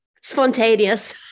spontaneous